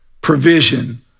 provision